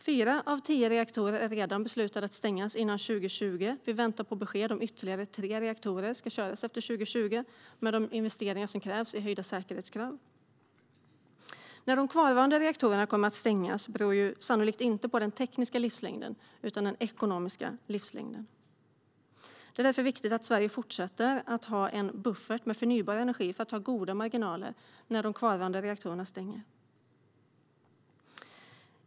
Det är redan beslutat att fyra av tio reaktorer ska stängas före 2020. Vi väntar på besked gällande ytterligare tre reaktorer och om de ska köras efter 2020 med de investeringar som krävs i och med höjda säkerhetskrav. När de kvarvarande reaktorerna kommer att stängas beror sannolikt inte på den tekniska livslängden utan på den ekonomiska livslängden. Det är därför viktigt att Sverige fortsätter att ha en buffert med förnybar energi för att ha goda marginaler när de kvarvarande reaktorerna stänger.